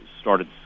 started